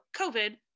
COVID